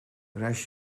reis